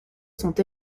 sont